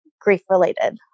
grief-related